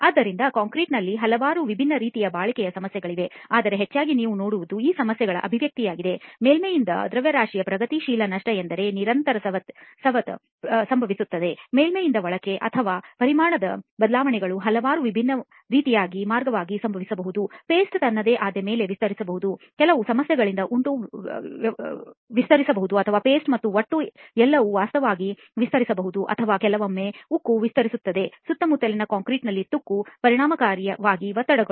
ಆದ್ದರಿಂದ ಕಾಂಕ್ರೀಟ್ನಲ್ಲಿ ಹಲವಾರು ವಿಭಿನ್ನ ರೀತಿಯ ಬಾಳಿಕೆ ಸಮಸ್ಯೆಗಳಿವೆ ಆದರೆ ಹೆಚ್ಚಾಗಿ ನೀವು ನೋಡುವುದು ಈ ಸಮಸ್ಯೆಗಳ ಅಭಿವ್ಯಕ್ತಿಯಾಗಿದೆ ಮೇಲ್ಮೈಯಿಂದ ದ್ರವ್ಯರಾಶಿಯ ಪ್ರಗತಿಶೀಲ ನಷ್ಟ ಅಂದರೆ ನಿರಂತರ ಸವೆತ ಸಂಭವಿಸುತ್ತದೆ ಮೇಲ್ಮೈಯಿಂದ ಒಳಕ್ಕೆ ಅಥವಾ ಪರಿಮಾಣದ ಬದಲಾವಣೆಗಳು ಹಲವಾರು ವಿಭಿನ್ನವಾಗಿ ಸಂಭವಿಸಬಹುದು ಮಾರ್ಗಗಳು ಪೇಸ್ಟ್ ತನ್ನದೇ ಆದ ಮೇಲೆ ವಿಸ್ತರಿಸಬಹುದು ಕೆಲವು ಸಮಸ್ಯೆಗಳಿಂದಾಗಿ ಒಟ್ಟು ವಿಸ್ತರಿಸಬಹುದು ಅಥವಾ ಪೇಸ್ಟ್ ಮತ್ತು ಒಟ್ಟು ಎರಡೂ ವಾಸ್ತವವಾಗಿ ವಿಸ್ತರಿಸಬಹುದು ಅಥವಾ ಕೆಲವೊಮ್ಮೆ ಉಕ್ಕು ವಿಸ್ತರಿಸುತ್ತದೆ ಸುತ್ತಮುತ್ತಲಿನ ಕಾಂಕ್ರೀಟ್ನಲ್ಲಿ ತುಕ್ಕು ಮತ್ತು ಪರಿಣಾಮವಾಗಿ ಒತ್ತಡಗಳು